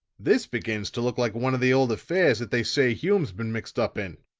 this begins to look like one of the old affairs that they say hume's been mixed up in.